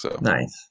Nice